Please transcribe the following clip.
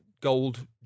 gold